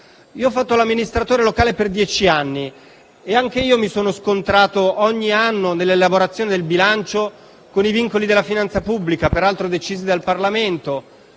Io ho fatto l'amministratore locale per dieci anni e anch'io mi sono scontrato ogni anno, nell'elaborazione del bilancio, con i vincoli della finanza pubblica, peraltro decisi dal Parlamento;